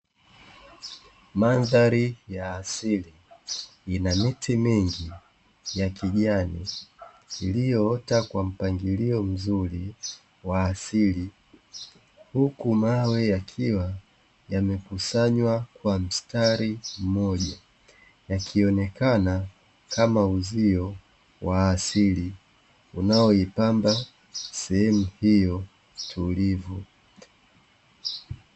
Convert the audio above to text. Mandhari ya asili ina miti mingi ya kijani, iliyoota kwa mpangilio mzuri wa asili. Huku mawe yakiwa yamekusanywa kwa mstari mmoja, yakionekana kama uzio wa asili, unayoipamba sehemu hiyo tulivu.